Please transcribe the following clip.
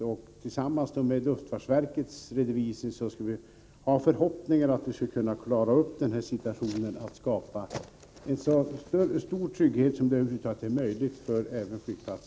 Vi får även redovisningar från luftfartsverket, och vi har förhoppningar om att kunna skapa så stor trygghet som det över huvud taget är möjligt på Arlanda flygplats.